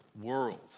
world